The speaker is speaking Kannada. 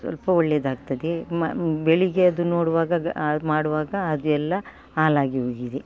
ಸ್ವಲ್ಪ ಒಳ್ಳೇದಾಗ್ತದೆ ಮ ಬೆಳಿಗ್ಗೆ ಅದು ನೋಡುವಾಗ ಬ ಮಾಡುವಾಗ ಅದು ಎಲ್ಲಾ ಹಾಳಾಗಿ ಹೋಗಿದೆ